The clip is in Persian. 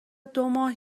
دوماه